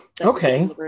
Okay